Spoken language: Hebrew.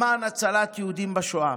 למען הצלת יהודים בשואה.